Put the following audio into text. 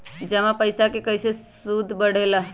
जमा पईसा के कइसे सूद बढे ला?